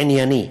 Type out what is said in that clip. ענייני.